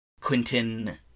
Quentin